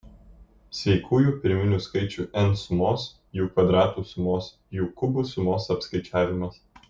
sveikųjų pirminių skaičių n sumos jų kvadratų sumos jų kubų sumos apskaičiavimas